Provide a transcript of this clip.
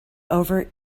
over